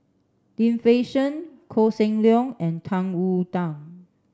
Lim Fei Shen Koh Seng Leong and Tang Wu Da